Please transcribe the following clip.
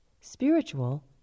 Spiritual